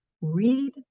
read